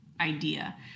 idea